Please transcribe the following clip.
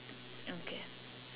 okay